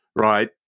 right